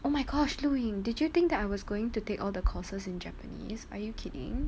oh my gosh lu ying did you think that I was going to take all the courses in japanese are you kidding